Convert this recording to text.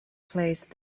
placed